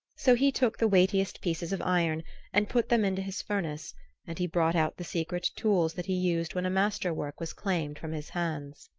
so he took the weightiest pieces of iron and put them into his furnace and he brought out the secret tools that he used when a masterwork was claimed from his hands.